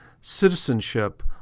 citizenship